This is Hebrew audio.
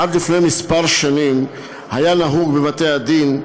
עד לפני כמה שנים היה נהוג כך בבתי-הדין,